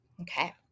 Okay